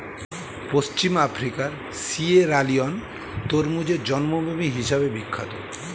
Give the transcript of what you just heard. পশ্চিম আফ্রিকার সিয়েরালিওন তরমুজের জন্মভূমি হিসেবে বিখ্যাত